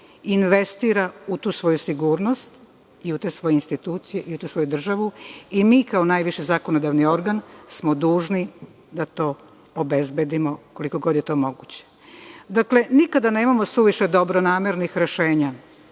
investira u tu neku svoju sigurnost i u te svoje institucije i u tu svoju državu i mi kao najviši zakonodavni ogran smo dužni da to obezbedimo koliko god je to moguće. Nikada nemamo suviše dobronamernih rešenja.